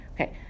Okay